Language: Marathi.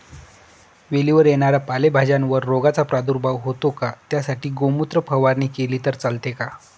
वेलीवर येणाऱ्या पालेभाज्यांवर रोगाचा प्रादुर्भाव होतो का? त्यासाठी गोमूत्र फवारणी केली तर चालते का?